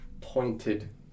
pointed